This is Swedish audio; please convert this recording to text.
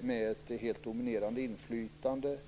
med helt dominerande inflytande.